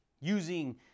using